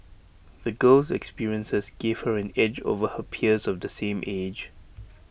the girl's experiences gave her an edge over her peers of the same age